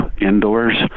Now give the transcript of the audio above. indoors